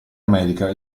america